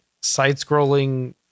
side-scrolling